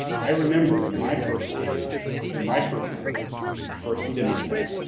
i remember in my first page in my first order for acetaminophen.